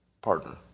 partner